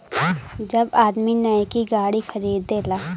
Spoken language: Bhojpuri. जब आदमी नैकी गाड़ी खरीदेला